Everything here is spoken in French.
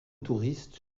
touristes